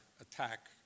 attack